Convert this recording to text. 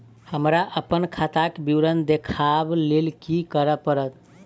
हमरा अप्पन खाताक विवरण देखबा लेल की करऽ पड़त?